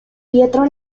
pietro